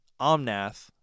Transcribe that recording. Omnath